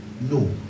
no